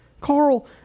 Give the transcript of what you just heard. Carl